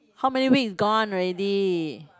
how many week gone already